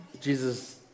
Jesus